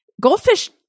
Goldfish –